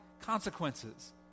consequences